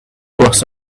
bus